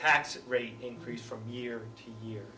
tax rate increase from year to year